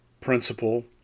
principle